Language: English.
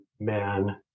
man